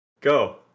Go